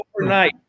overnight